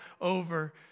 over